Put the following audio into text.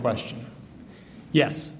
question yes